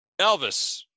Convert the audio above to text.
Elvis